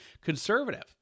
conservative